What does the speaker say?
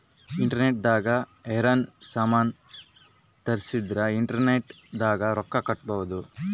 internet ದಾಗ ಯೆನಾರ ಸಾಮನ್ ತರ್ಸಿದರ ಇಂಟರ್ನೆಟ್ ದಾಗೆ ರೊಕ್ಕ ಕಟ್ಬೋದು